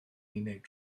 unig